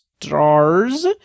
stars